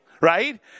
Right